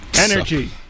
Energy